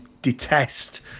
Detest